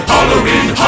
Halloween